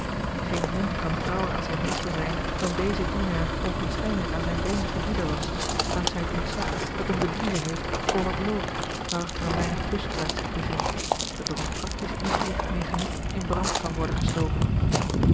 geen hond kan trouwer aan zijn meester zijn dan deze dienaar oogenschijnlijk aan zijn vreemden gebieder was dank zij het ontzag dat een bediende heeft voor wat lood waarachter een weinig buskruid zich bevindt dat door eene practisch ingerigte mechaniek in brand kan worden gestoken